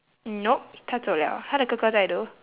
nope 他走了他的哥哥在 though